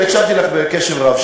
הקשבתי לך בקשב רב.